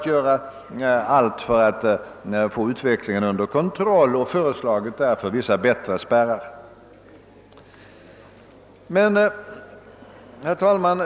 Men förslag framställdes som syftade till att få ut vecklingen under kontroll. I detta syfte föreslogs vissa mera effektiva spärrar. Herr talman.